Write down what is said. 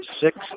six